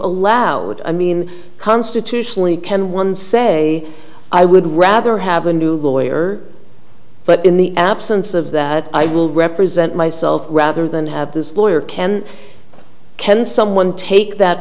allowed i mean constitutionally can one say i would rather have a new lawyer but in the absence of that i will represent myself rather than have this lawyer ken ken someone take that